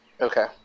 Okay